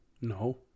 No